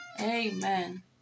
Amen